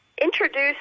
introduce